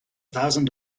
thousand